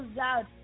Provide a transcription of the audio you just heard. out